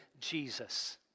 Jesus